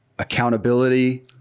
Accountability